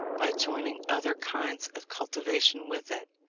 by joining other kinds of cultivation with it.